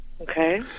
Okay